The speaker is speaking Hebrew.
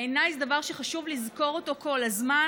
בעיניי זה דבר שחשוב לזכור אותו כל הזמן,